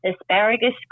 asparagus